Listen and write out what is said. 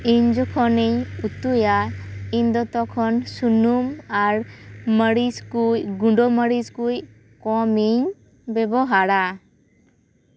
ᱤᱧ ᱡᱚᱠᱷᱚᱱ ᱤᱧ ᱩᱛᱩᱭ ᱟ ᱤᱧᱫᱚ ᱛᱚᱠᱷᱚᱱ ᱥᱩᱱᱩᱢ ᱟᱨ ᱢᱟᱹᱨᱤᱪ ᱠᱚ ᱜᱩᱱᱰᱟᱹ ᱢᱟᱹᱨᱤᱪ ᱠᱩ ᱠᱚᱢ ᱤᱧ ᱵᱮᱵᱚᱦᱟᱨᱼᱟ